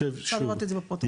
אפשר לראות את זה בפרוטוקול.